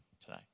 today